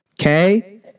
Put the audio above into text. Okay